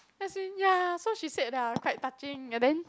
as in ya so she said that I quite touching and then